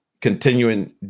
continuing